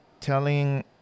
telling